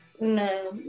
No